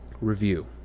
review